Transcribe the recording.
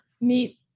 meet